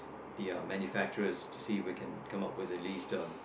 the uh manufacturers to see if we can come up with at least uh